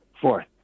Fourth